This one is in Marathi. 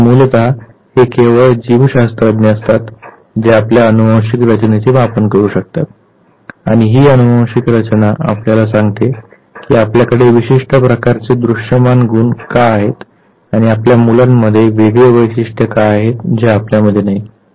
तर मूलतः हे केवळ जीवशास्त्रज्ञच असतात जे आपल्या अनुवांशिक रचनेचे मापन करू शकतात आणि ही अनुवांशिक रचना आपल्याला सांगते की आपल्याकडे विशिष्ट प्रकारचे दृश्यमान गुण का आहेत आणि आपल्या मुलांमध्ये वेगळे वैशिष्ट्य का आहेत जे आपल्यामध्ये नाहीत